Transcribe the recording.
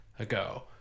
ago